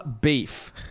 beef